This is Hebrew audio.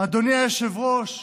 אדוני היושב-ראש,